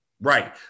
Right